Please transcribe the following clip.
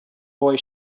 boy